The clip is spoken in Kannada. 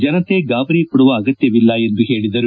ಜನತೆ ಗಾಬರಿ ಪಡುವ ಅಗತ್ತವಿಲ್ಲ ಎಂದು ಹೇಳಿದರು